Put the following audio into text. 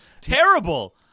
Terrible